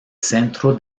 centro